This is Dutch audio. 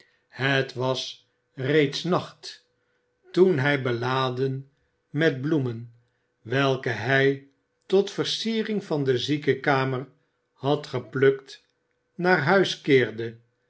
het was reeds nacht toen hij beladen met bloemen welke hij tot versiering van de ziekenkamer had geplukt naar huis keerde